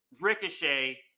ricochet